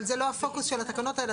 אבל זה לא הפוקוס של התקנות האלה.